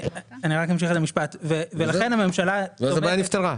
ואז הבעיה נפתרה.